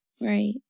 right